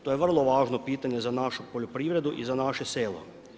To je vrlo važno pitanje, za našu poljoprivredu i za naše selo.